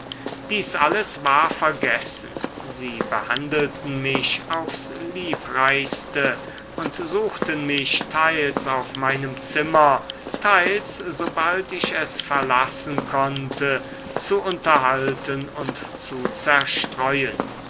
dies alles war vergessen sie behandelten mich aufs liebreichste und suchten mich teils auf meinem zimmer teils sobald ich es verlassen konnte zu unterhalten und zu zerstreuen